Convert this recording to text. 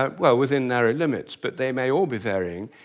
um well, within narrow limits. but they may all be varying,